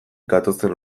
gatozen